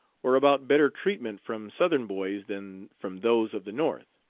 or about better treatment from southern boys than from those of the north.